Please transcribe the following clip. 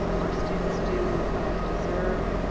our students do deserve